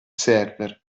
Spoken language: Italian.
server